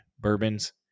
bourbons